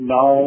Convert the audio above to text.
Now